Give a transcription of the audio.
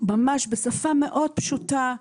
ממש בשפה מאוד פשוטה,